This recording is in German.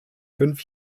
fünf